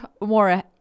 more